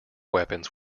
weapons